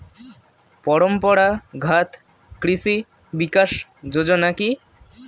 পরম্পরা ঘাত কৃষি বিকাশ যোজনা কি?